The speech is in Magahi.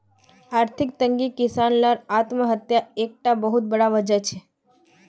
आर्थिक तंगी किसान लार आत्म्हात्यार एक टा बहुत बड़ा वजह छे